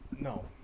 no